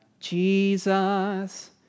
Jesus